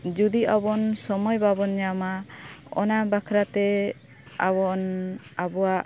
ᱡᱩᱫᱤ ᱟᱵᱚᱱ ᱥᱚᱢᱚᱭ ᱵᱟᱵᱚᱱ ᱧᱟᱢᱟ ᱚᱱᱟ ᱵᱟᱠᱷᱨᱟ ᱛᱮ ᱟᱵᱚᱱ ᱟᱵᱚᱣᱟᱜ